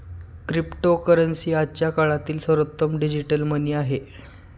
cryptocurrency आजच्या काळातील सर्वोत्तम डिजिटल मनी आहे